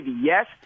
Yes